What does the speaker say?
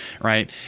right